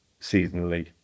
seasonally